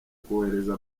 kohereza